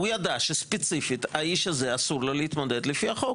הוא ידע שספציפית האיש הזה אסור לו להתמודד לפי החוק.